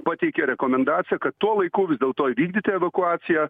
pateikė rekomendaciją kad tuo laiku vis dėlto įvykdyti evakuaciją